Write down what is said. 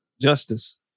Justice